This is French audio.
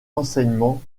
enseignement